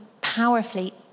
powerfully